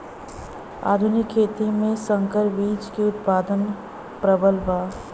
आधुनिक खेती में संकर बीज क उतपादन प्रबल बा